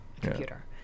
computer